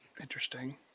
interesting